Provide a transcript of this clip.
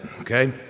okay